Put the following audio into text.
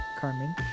Carmen